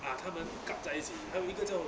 ah 他们 group 在一起